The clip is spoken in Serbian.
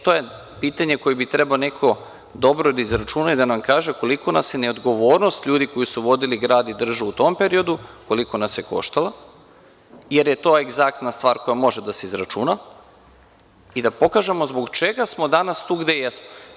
To je pitanje koje bi neko trebao dobro da izračuna i da nam kaže koliko na je neodgovornost ljudi koji su vodili grad i državu u tom periodu, koštala, jer je to egzaktna stvar koja može da se izračuna i da pokažemo zbog čega smo danas tu gde jesmo.